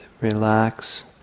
relax